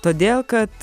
todėl kad